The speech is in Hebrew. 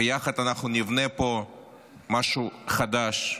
ביחד אנחנו נבנה פה משהו חדש,